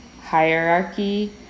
hierarchy